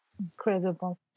Incredible